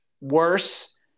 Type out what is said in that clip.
worse